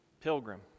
pilgrim